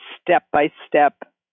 step-by-step